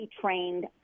trained